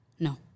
No